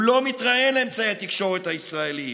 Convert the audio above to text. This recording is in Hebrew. הוא לא מתראיין לאמצעי התקשורת הישראליים,